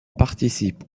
participe